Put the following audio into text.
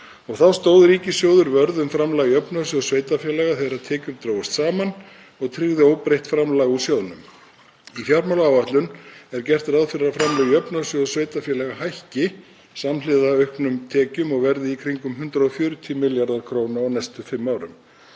Þá stóð ríkissjóður vörð um framlag Jöfnunarsjóðs sveitarfélaga þegar tekjur drógust saman og tryggði óbreytt framlag úr sjóðnum. Í fjármálaáætlun er gert ráð fyrir að framlög úr Jöfnunarsjóði sveitarfélaga hækki samhliða auknum tekjum og verði í kringum 140 milljarðar kr. á næstu fimm árum.